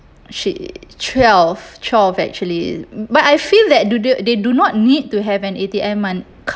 she twelve twelve actually but I feel that do do they do not need to have an A_T_M mon~ card